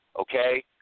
okay